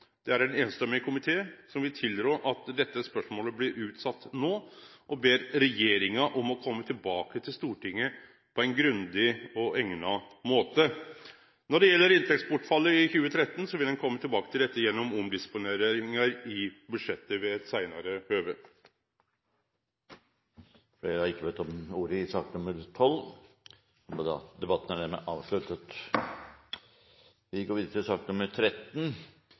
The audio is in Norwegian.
komiteen om ein breiare vurdering og diskusjon av dette spørsmålet. På denne bakgrunnen vil ein einstemmig komité tilrå at dette spørsmålet blir utsett nå, og ber regjeringa om å kome tilbake til Stortinget på ein grundig og eigna måte. Når det gjeld inntektsbortfallet i 2013, vil ein kome tilbake til dette gjennom omdisponeringar i budsjettet ved eit seinare høve. Flere har ikke bedt om ordet til sak nr. 12. Etter ønske fra justiskomiteen vil presidenten foreslå at sakene nr. 13